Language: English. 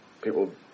people